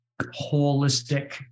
holistic